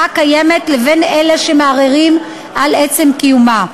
הקיימת לבין אלה שמערערים על עצם קיומה.